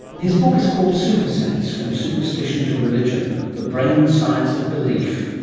his book is called super sense from superstition to religion the brain science of belief.